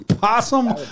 Possum